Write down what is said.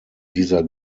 dieser